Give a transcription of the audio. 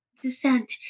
descent